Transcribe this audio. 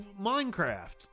Minecraft